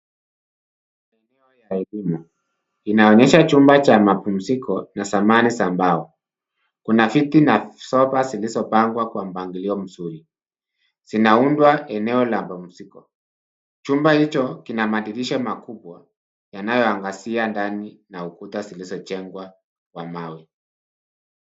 Kinaonyesha chumba cha mapumziko na zamani za mbao. Kuna viti na sofa zilizopangwa kwa mpangilio mzuri. Zinaundwa eneo la mapumziko. Chumba hicho kina madirisha makubwa yanayoangazia ndani na ukuta zilizojengwa wa mawe.